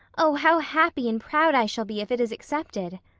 oh, how happy and proud i shall be if it is accepted!